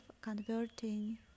converting